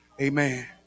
Amen